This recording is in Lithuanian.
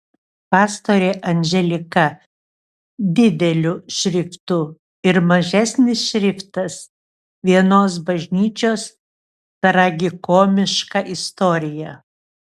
pastorė anželika dideliu šriftu ir mažesnis šriftas vienos bažnyčios tragikomiška istorija